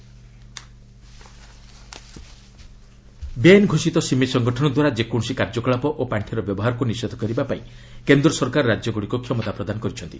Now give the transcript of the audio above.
MHA SIMI status ବେଆଇନ୍ ଘୋଷିତ SIMI ସଂଗଠନ ଦ୍ୱାରା ଯେକୌଣସି କାର୍ଯ୍ୟକଳାପ ଓ ପାର୍ଷିର ବ୍ୟବହାରକୁ ନିଷେଧ କରିବା ପାଇଁ କେନ୍ଦ୍ର ସରକାର ରାଜ୍ୟଗୁଡ଼ିକୁ କ୍ଷମତା ପ୍ରଦାନ କରିଛନ୍ତି